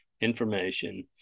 information